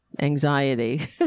anxiety